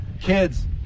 kids